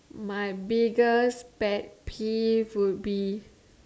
my biggest pet peeve would be